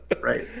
right